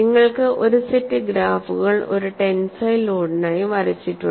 നിങ്ങൾക്ക് ഒരു സെറ്റ് ഗ്രാഫുകൾ ഒരു ടെൻസൈൽ ലോഡിനായി വരച്ചിട്ടുണ്ട്